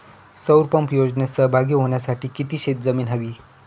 सौर पंप योजनेत सहभागी होण्यासाठी किती शेत जमीन हवी?